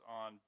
on